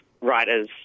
writers